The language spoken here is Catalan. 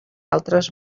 altres